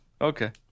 Okay